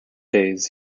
days